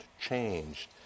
changed